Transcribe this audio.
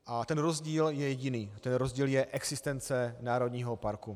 A ten rozdíl je jediný ten rozdíl je existence národního parku.